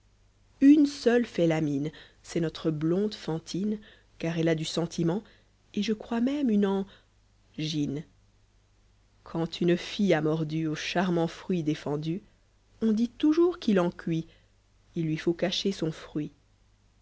une seule fait la mine c'est notre blonde fantiue car elle a du sentiment et je crois même une en gyue quand une fille a mordu au charmant fruit défendu on dit toujours qu'il en cuit il lui faut cacher son fruit